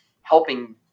helping